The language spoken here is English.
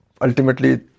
ultimately